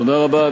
תודה רבה.